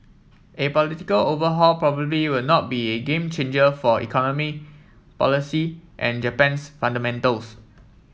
a political overhaul probably will not be a game changer for economy policy and Japan's fundamentals